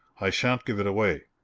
i shan't give it away.